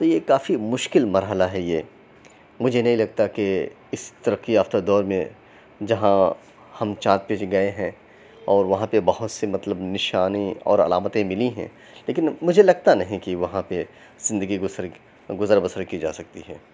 تو یہ کافی مشکل مرحلہ ہے یہ مجھے نہیں لگتا کہ اس ترقی یافتہ دور میں جہاں ہم چاند پہ بھی گئے ہیں اور وہاں پہ بہت سے مطلب نشانی اور علامتیں ملی ہیں لیکن مو مجھے لگتا نہیں کہ وہاں پہ زندگی بسر گزر بسر کی جا سکتی ہے